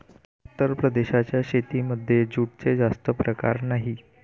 उत्तर प्रदेशाच्या शेतीमध्ये जूटचे जास्त प्रकार नाही